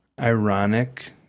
Ironic